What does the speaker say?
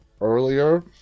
earlier